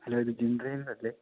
hello ഇത് gym ട്രെയ്നറല്ലേ